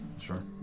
Sure